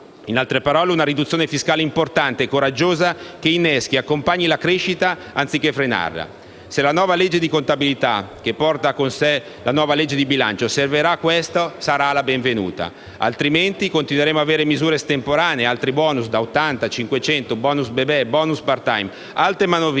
In altre parole, occorre una riduzione fiscale importante e coraggiosa che inneschi accompagni la crescita, anziché frenarla. Se la nuova legge di contabilità che porta con sé la nuova legge di bilancio servirà a questo, sarà la benvenuta. In caso contrario, continueremo ad avere misure estemporanee, altri *bonus* da 80 o da 500 euro, *bonus* *bebè* o *bonus part-time*, altre manovrine